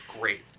great